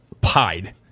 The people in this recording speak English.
pied